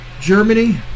Germany